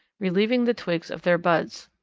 relieving the twigs of their buds.